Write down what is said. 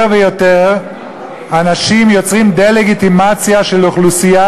יותר ויותר ואנשים יוצרים דה-לגיטימציה לאוכלוסייה